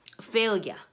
failure